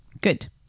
Good